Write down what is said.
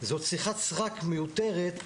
זו שיחת סרק מיותרת.